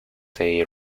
they